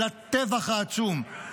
של הטבח העצום,